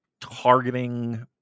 targeting